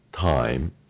time